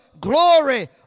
glory